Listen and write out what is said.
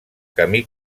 camí